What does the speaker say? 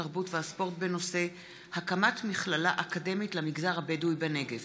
התרבות והספורט בנושא: הקמת מכללה אקדמית למגזר הבדואי בנגב.